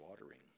watering